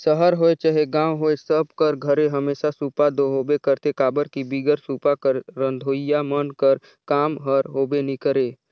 सहर होए चहे गाँव होए सब कर घरे हमेसा सूपा दो होबे करथे काबर कि बिगर सूपा कर रधोइया मन कर काम हर होबे नी करे